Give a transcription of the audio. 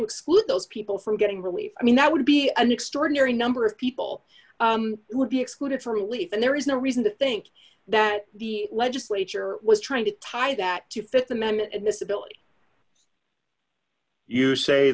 exclude those people from getting relief i mean that would be an extraordinary number of people who would be excluded for relief and there is no reason to think that the legislature was trying to tie that to th amendment admissibility you say